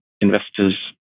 investors